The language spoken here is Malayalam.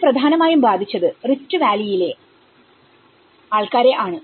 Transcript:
ഇത് പ്രധാനമായും ബാധിച്ചത് റിഫട് വാല്ലിയിൽ ആണ്